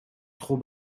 trop